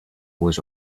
was